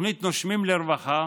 התוכנית נושמים לרווחה